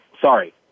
sorry